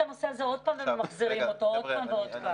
הנושא עוד פעם וממחזרים אותו עוד פעם ועוד פעם.